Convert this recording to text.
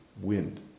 wind